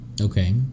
Okay